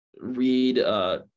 read